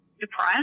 depressed